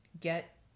get